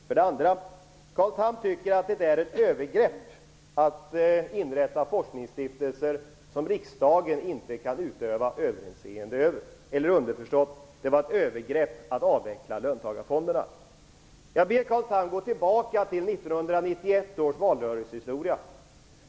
Carl Tham tycker vidare att det är ett övergrepp att inrätta forskningsstiftelser som riksdagen inte kan utöva överinseende över. Eller underförstått: Det var ett övergrepp att avveckla löntagarfonderna. Jag ber Carl Tham att gå tillbaka till 1991 års valrörelsehistoria.